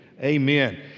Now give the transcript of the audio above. Amen